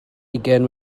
hugain